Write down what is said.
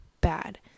bad